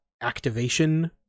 activation